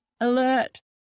alert